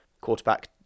quarterback